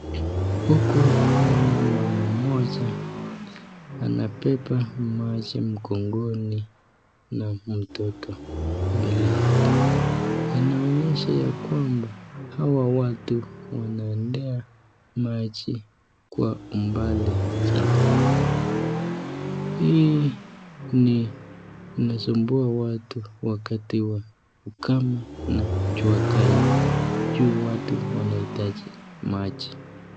Huku naona mama moja anabeba maji mgongoni na mtoto mbele yake inaonyesha ya kwamba hawa watu wanendea maji kwa mbali sana, hii inasumbua watu wakati wa ukame na jua kali juu watu wanaitaji maji.